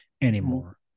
anymore